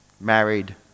married